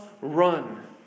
run